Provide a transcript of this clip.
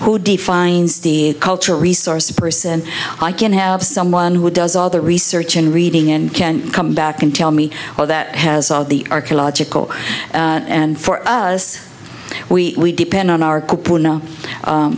who defines the culture resource a person i can have someone who does all the research in reading and can come back and tell me how that has all the archaeological and for us we depend